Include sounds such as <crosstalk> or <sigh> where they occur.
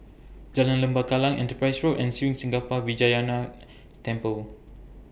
Jalan Lembah Kallang Enterprise Road and Sri Senpaga Vinayagar <noise> Temple